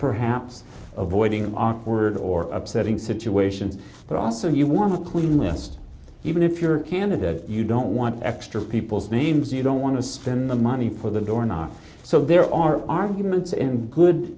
perhaps avoiding awkward or upsetting situations but also if you warm up cleanest even if you're a candidate you don't want extra people's names you don't want to spend the money for the door knob so there are arguments in good